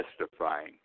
testifying